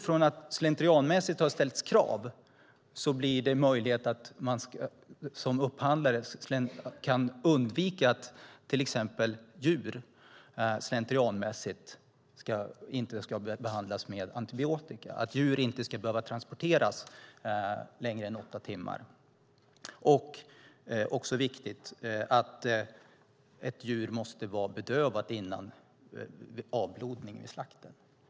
Från att man slentrianmässigt har ställt krav blir det nu möjligt att som upphandlare undvika att till exempel djur behandlas med antibiotika och att djur transporteras under längre tid än åtta timmar. Det är också viktigt att kunna kräva att ett djur är bedövat före avblodningen vid slakten.